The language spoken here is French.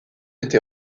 été